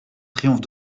triomphe